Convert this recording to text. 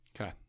Okay